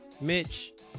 Mitch